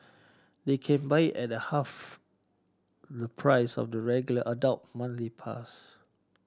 they can buy it at half the price of the regular adult monthly pass